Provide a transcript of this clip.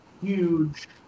huge